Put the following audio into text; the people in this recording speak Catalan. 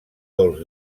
dolç